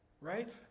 right